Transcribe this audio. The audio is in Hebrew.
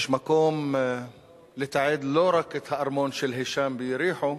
יש מקום לתעד לא רק את הארמון של הישאם ביריחו,